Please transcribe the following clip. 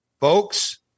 folks